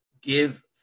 give